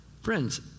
Friends